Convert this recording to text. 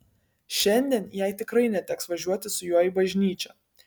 šiandien jai tikrai neteks važiuoti su juo į bažnyčią